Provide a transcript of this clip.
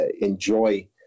enjoy